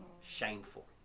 Shameful